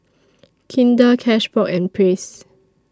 Kinder Cashbox and Praise